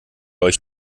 euch